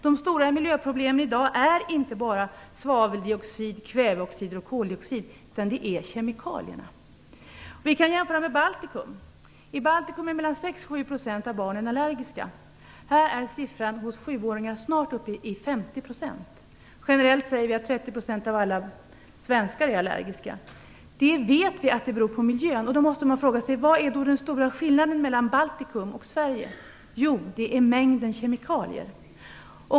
De stora miljöproblemen utgörs inte bara av svaveldioxid, kväveoxider och koldioxider. Det är kemikalierna. Vi kan göra en jämförelse med Baltikum. I Baltikum är 6-7 % av barnen allergiska. I Sverige är siffran hos sjuåringar snart uppe i 50 %. Generellt sägs 30 % av alla svenskar vara allergiska. Vi vet att det beror på miljön. Men vad är då den stora skillnaden mellan Baltikum och Sverige? Jo, det är mängden kemikalier.